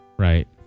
Right